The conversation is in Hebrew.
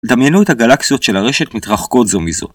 דמיינו את הגלקסיות של הרשת מתרחקות זו מזו.